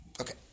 okay